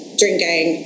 drinking